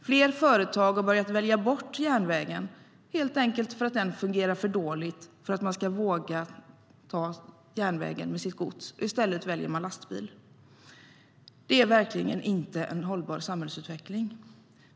Fler företag har börjat välja bort järnvägen, helt enkelt därför att den fungerar för dåligt för att de ska våga välja järnvägen för sitt gods. I stället väljer de lastbil. Det är verkligen inte en hållbar samhällsutveckling.